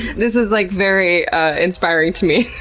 this is like very inspiring to me.